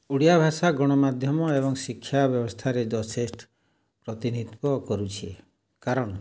ଓଡ଼ିଆ ଭାଷା ଗଣମାଧ୍ୟମ ଏବଂ ଶିକ୍ଷା ବ୍ୟବସ୍ଥାରେ ଯଥେଷ୍ଟ୍ ପ୍ରତିନିଧିତ୍ୱ କରୁଛି